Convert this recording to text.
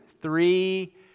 three